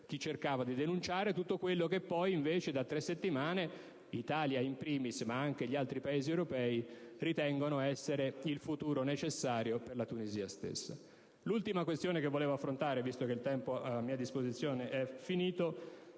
chi cercava di promuovere tutto quello che poi, invece, da tre settimane, l'Italia *in primis* ma anche gli altri Paesi europei ritengono essere il futuro necessario per la Tunisia. L'ultima questione che volevo affrontare, visto che il tempo a mia disposizione è finito,